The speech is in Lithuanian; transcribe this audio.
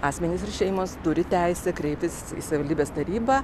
asmenys ir šeimos turi teisę kreiptis į savivaldybės tarybą